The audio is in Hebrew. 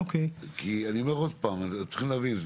אני אומר שוב: צריכים להבין,